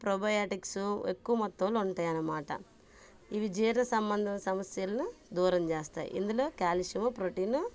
probiotics ఎక్కువ మొత్తంలో ఉంటాయనమాట ఇవి జీర్ణ సంబంధ సమస్యలను దూరం చేస్తాయి ఇందులో క్యాల్షియం ప్రోటీన్